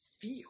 feel